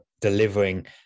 delivering